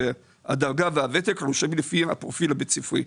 הדרגה והוותק אנחנו משלמים לפי הפרופיל הבית ספרי.